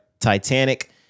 Titanic